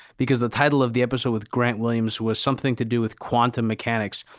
because the title of the episode with grant williams was something to do with quantum mechanics.